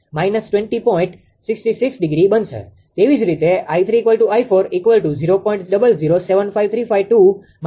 તેવી જ રીતે 𝐼3 𝑖40